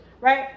right